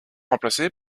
remplacée